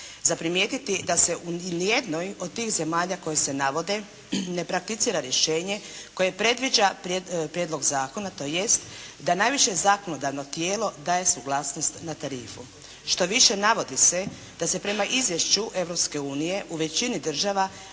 za primijetiti da se u ni jednoj od tih zemalja koje se navode, ne prakticira rješenje koje predviđa prijedlog zakona, tj. da najviše zakonodavno tijelo daje suglasnost na tarifu. Štoviše navodi se da se prema izvješću Europske unije u većini država